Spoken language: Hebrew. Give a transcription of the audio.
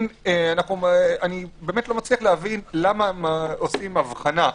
אני לא מבין, למה מבחינים